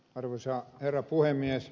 arvoisa herra puhemies